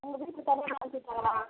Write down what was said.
உங்கள் வீட்டில தனியாகலாம் அனுப்பிசுட்டாங்களா